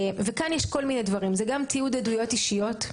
וכאן יש כל מיני דברים: זה גם תיעוד עדויות אישיות,